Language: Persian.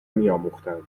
میآموختند